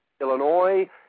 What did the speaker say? Illinois